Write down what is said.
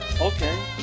Okay